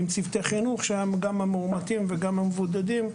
צוותי חינוך שהם גם המאומתים וגם המבודדים.